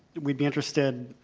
we'd be interested,